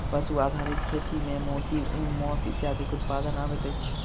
पशु आधारित खेती मे मोती, ऊन, मौस इत्यादिक उत्पादन अबैत अछि